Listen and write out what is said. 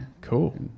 cool